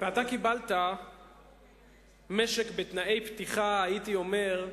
אתה קיבלת משק בתנאי פתיחה, הייתי אומר,